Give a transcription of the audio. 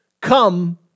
come